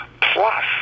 plus